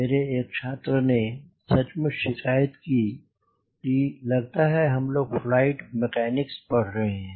मेरे एक छात्र ने सचमुच शिकायत की कि लगता है हम फ्लाइट मैकेनिक्स पढ़ रहे हैं